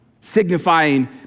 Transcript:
signifying